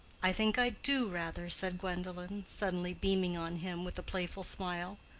i think i do, rather, said gwendolen, suddenly beaming on him with a playful smile.